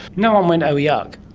no one went, oh yuck?